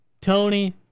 Tony